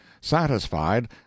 satisfied